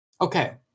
Okay